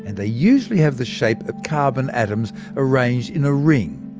and they usually have the shape of carbon atoms arranged in a ring.